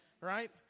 Right